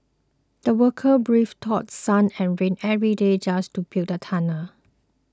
the workers braved through sun and rain every day just to build the tunnel